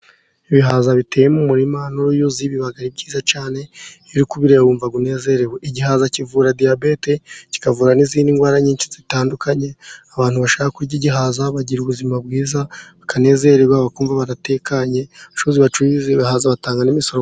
Ibihaza biteye mu murima n'uruyuzi biba ari byiza cyane iyo uri kubireba wumva unezerewe igihaza kivura diyabete, kikavura n'izindi ndwara nyinshi zitandukanye abantu bashaka kurya igihaza bagira ubuzima bwiza, bakanezererwa bakumva baratekanye abacuruzi bacuruza ibihaza batanga n'imisoro.